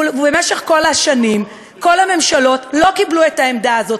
ובמשך כל השנים כל הממשלות לא קיבלו את העמדה הזאת,